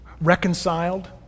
reconciled